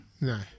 No